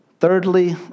Thirdly